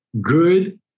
good